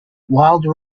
wild